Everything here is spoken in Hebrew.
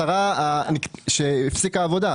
השרה הפסיקה שם את העבודות.